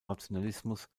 rationalismus